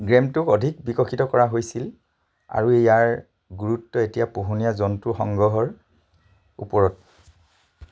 গে'মটোক আৰু অধিক বিকশিত কৰা হৈছিল আৰু ইয়াৰ গুৰুত্ব এতিয়া পোহনীয়া জন্তু সংগ্ৰহৰ ওপৰত